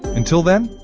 until then,